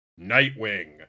Nightwing